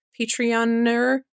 Patreoner